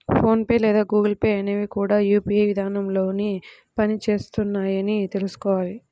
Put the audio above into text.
phone pay లేదా Google Pay అనేవి కూడా యూ.పీ.ఐ విధానంలోనే పని చేస్తున్నాయని తెల్సుకోవాలి